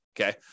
okay